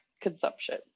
Consumption